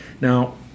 Now